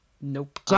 Nope